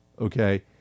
Okay